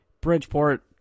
Bridgeport